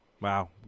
Wow